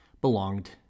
belonged